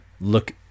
look